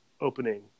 opening